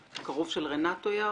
הלאומי,